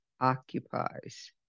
occupies